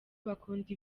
bakunda